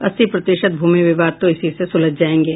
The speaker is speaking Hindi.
अस्सी प्रतिशत भूमि विवाद तो इसी से सुलझ जायेंगे